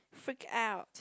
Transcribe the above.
freak out